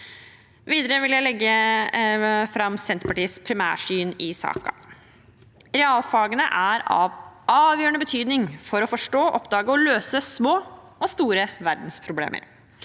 Videre vil jeg legge fram Senterpartiets primærsyn i saken. Realfagene er av avgjørende betydning for å forstå, oppdage og løse små og store verdensproblemer.